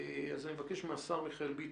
אז אני מבקש מהשר מיכאל ביטון,